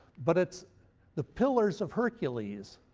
but it's the pillars of hercules,